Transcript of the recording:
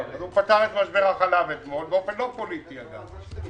הוא פתר את משבר החלב אתמול באופן לא פוליטי, אגב.